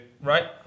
Right